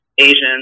Asian